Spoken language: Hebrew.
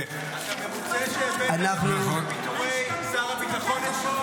תתייחס למה שקורה --- אתה מרוצה שהבאת לפיטורי שר הביטחון אתמול?